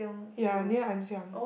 ya near Ann-Siang